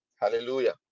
Hallelujah